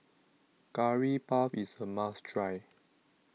Curry Puff IS A must Try